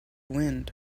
wind